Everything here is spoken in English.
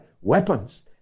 weapons